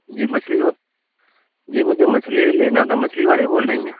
جی مچھلی جی مجھے مچھلی لینا تھا مچھلی والی بول رہی ہیں